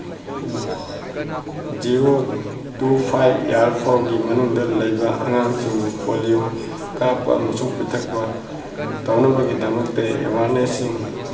zero to five year ꯐꯥꯎꯕꯒꯤ ꯃꯅꯨꯡꯗ ꯂꯩꯕ ꯑꯉꯥꯡꯁꯤꯡꯕꯨ ꯄꯣꯂꯤꯑꯣ ꯀꯥꯞꯄ ꯑꯃꯁꯨꯡ ꯄꯤꯊꯛꯄ ꯇꯧꯅꯕꯒꯤꯗꯃꯛꯇ ꯑꯋꯥꯔꯅꯦꯁꯁꯤꯡ